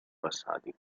passati